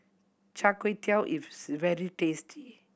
Char Kway Teow is very tasty